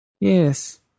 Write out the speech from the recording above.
Yes